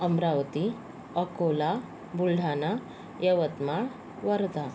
Amravati Akola Buldhana Yavatmal Wardha